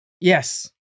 Yes